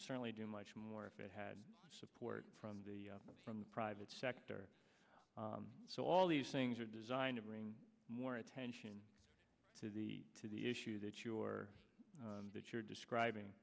certainly do much more if it had support from the private sector so all these things are designed to bring more attention to the to the issue that you're that you're describing